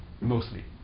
mostly